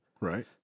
Right